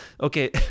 Okay